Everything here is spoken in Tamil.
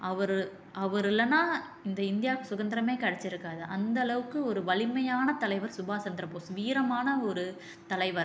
அவர் அவர் இல்லைனா இந்த இந்தியாவுக்கு சுதந்திரமே கெடைச்சிருக்காது அந்த அளவுக்கு ஒரு வலிமையானத் தலைவர் சுபாஷ் சந்திர போஸ் வீரமான ஒரு தலைவர்